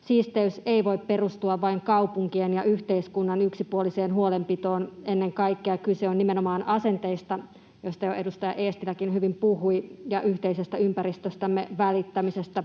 Siisteys ei voi perustua vain kaupunkien ja yhteiskunnan yksipuoliseen huolenpitoon. Ennen kaikkea kyse on nimenomaan asenteista, joista jo edustaja Eestiläkin hyvin puhui, ja yhteisestä ympäristöstämme välittämisestä.